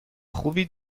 خوبی